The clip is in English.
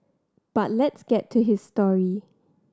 but let's get to his story